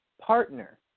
partner